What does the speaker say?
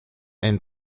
haine